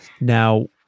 Now